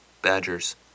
badgers